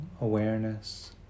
awareness